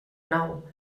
nou